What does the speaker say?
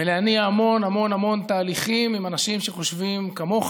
ולהניע המון המון המון תהליכים עם אנשים שחושבים כמוך